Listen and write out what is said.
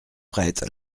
prête